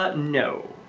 ah no.